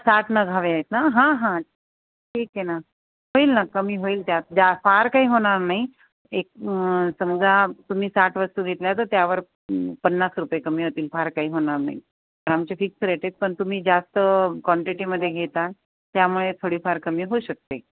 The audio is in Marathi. साठ नग हवे आहेत ना हां हां ठीक आहे ना होईल ना कमी होईल त्यात जा फार काही होणार नाही एक समजा तुम्ही साठ वस्तू घेतल्या तर त्यावर पन्नास रुपये कमी होतील फार काही होणार नाही आमचे फिक्स रेट आहेत पण तुम्ही जास्त क्वांटिटी मध्ये घेता त्यामुळे थोडीफार कमी होऊ शकते